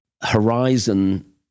horizon